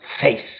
faith